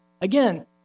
Again